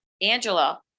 Angela